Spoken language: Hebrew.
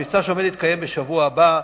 להתקיים בשבוע הבא.